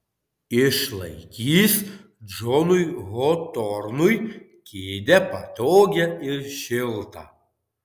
išlaikys džonui hotornui kėdę patogią ir šiltą